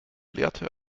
lehrte